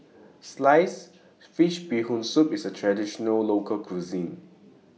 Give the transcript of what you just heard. Sliced Fish Bee Hoon Soup IS A Traditional Local Cuisine